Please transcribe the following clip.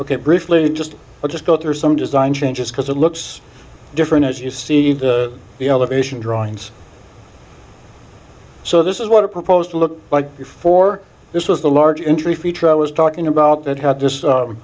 ok briefly just i'll just go through some design changes because it looks different as you see the elevation drawings so this is what i proposed to look like before this was the large entry feature i was talking about that had just